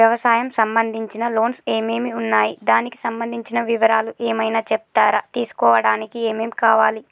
వ్యవసాయం సంబంధించిన లోన్స్ ఏమేమి ఉన్నాయి దానికి సంబంధించిన వివరాలు ఏమైనా చెప్తారా తీసుకోవడానికి ఏమేం కావాలి?